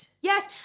Yes